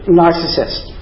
narcissist